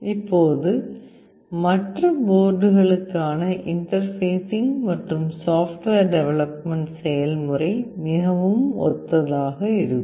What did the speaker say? இப்போது மற்ற போர்டுகளுக்கான இன்டர்பேஸிங் மற்றும் சாஃப்ட்வேர் டெவலப்மெண்ட் செயல்முறை மிகவும் ஒத்ததாக இருக்கும்